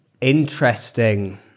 Interesting